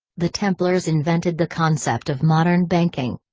the templars invented the concept of modern banking.